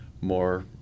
more